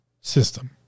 system